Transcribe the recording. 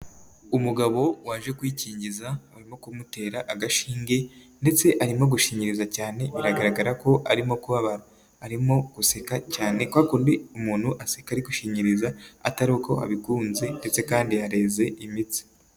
Umugabo waje kwikingiza, barimo kumutera agashinge ndetse arimo gushinyiriza cyane biragaragara ko arimo kubabara. Arimo guseka cyane kwakundi umuntu aseka ari gushinyiriza atari uko abikunze ndetse kandi yareze imitsi.